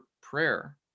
prayer